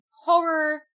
horror